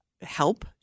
help